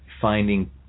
finding